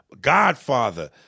Godfather